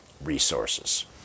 resources